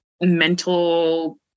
mental